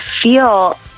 feel